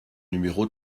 numéro